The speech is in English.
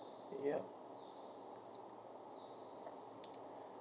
yup